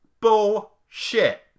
Bullshit